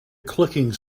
clicking